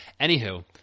anywho